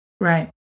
Right